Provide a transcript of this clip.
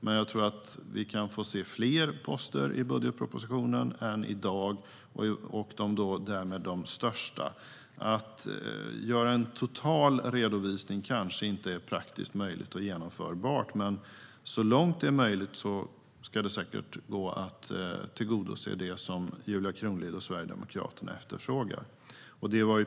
Men jag tror att vi kan få se fler poster i budgetpropositionen än i dag och därmed de största. Att göra en total redovisning kanske inte är praktiskt möjligt och genomförbart, men så långt det är möjligt ska det säkert gå att tillgodose det som Julia Kronlid och Sverigedemokraterna efterfrågar.